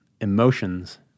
emotions